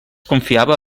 confiava